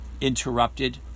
Interrupted